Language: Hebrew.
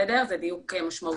זה דיוק משמעותי.